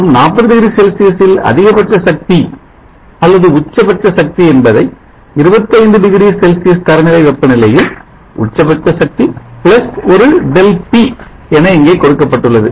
மற்றும் 40 டிகிரி செல்சியஸில் அதிகபட்ச சக்தி அல்லது உச்சபட்ச சக்தி என்பதை 25 டிகிரி செல்சியஸ் தரநிலை வெப்பநிலையில் உச்சபட்ச சக்தி ஒரு Δp என இங்கே கொடுக்கப்பட்டுள்ளது